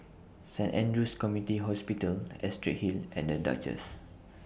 Saint Andrew's Community Hospital Astrid Hill and The Duchess